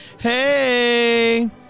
Hey